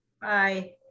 Bye